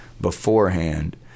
beforehand